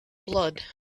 blood